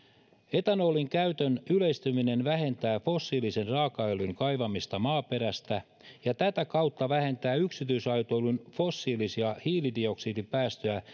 etanolin käytön yleistyminen vähentää fossiilisen raakaöljyn kaivamista maaperästä ja tätä kautta vähentää yksityisautoilun fossiilisia hiilidioksidipäästöjä